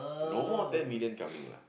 no more ten million coming lah